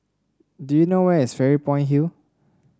do you know where is Fairy Point Hill